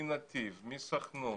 מנתיב, מהסוכנות,